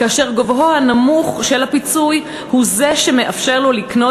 כאשר גובה הפיצוי הוא זה שמאפשר לו לקנות